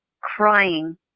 crying